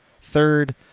third